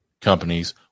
companies